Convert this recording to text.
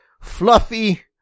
fluffy